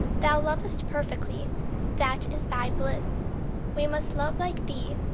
thou lovest perfectly that is thy bliss we must love like thee,